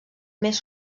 més